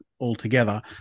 altogether